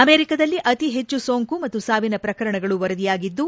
ಅಮೆರಿಕದಲ್ಲಿ ಅತಿ ಹೆಚ್ಚು ಸೋಂಕು ಮತ್ತು ಸಾವಿನ ಪ್ರಕರಣಗಳು ವರದಿಯಾಗಿದ್ದು